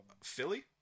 Philly